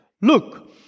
Look